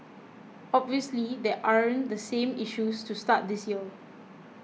obviously there aren't the same issues to start this year